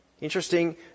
Interesting